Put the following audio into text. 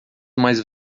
mais